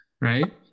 Right